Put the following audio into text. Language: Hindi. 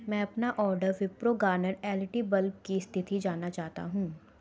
मैं अपने order Wipro garnet L E D bulb की स्थिति जानना चाहता हूँ